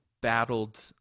battled